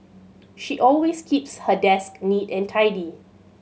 she always keeps her desk neat and tidy